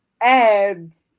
ads